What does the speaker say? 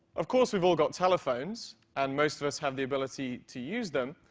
of course we've all got telephones, and most of us have the ability to use them,